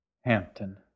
Hampton